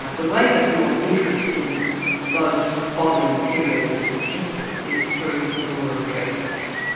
ah the way that your interest in those bodily materials is protected, is through the law of trespass,